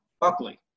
Buckley